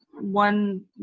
one